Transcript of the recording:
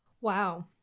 Wow